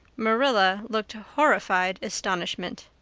marilla looked horrified astonishment.